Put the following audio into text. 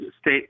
state